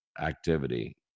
activity